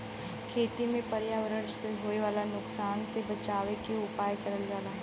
खेती में पर्यावरण से होए वाला नुकसान से बचावे के उपाय करल जाला